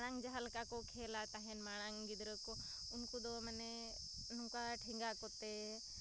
ᱢᱟᱲᱟᱝ ᱡᱟᱦᱟᱸᱞᱮᱠᱟ ᱠᱚ ᱠᱷᱮᱞᱟ ᱛᱟᱦᱮᱱ ᱢᱟᱲᱟᱝ ᱜᱤᱫᱽᱨᱟᱹᱠᱚ ᱩᱱᱠᱩᱫᱚ ᱢᱟᱱᱮ ᱱᱚᱝᱠᱟ ᱴᱷᱮᱸᱜᱟ ᱠᱚᱛᱮ